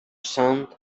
son